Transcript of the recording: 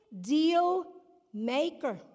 deal-maker